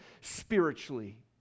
spiritually